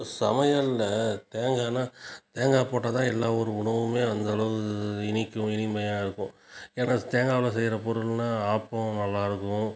சமையலில் தேங்காய்ண்ணெ தேங்காய் போட்டால் தான் எல்லா ஊர் உணவுமே வந்து அந்தளவுக்கு இனிக்கும் இனிமையாக இருக்கும் ஏன்னா தேங்காவில் செய்யற பொருள்னா ஆப்பம் நல்லாருக்கும்